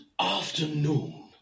afternoon